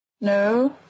No